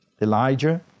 Elijah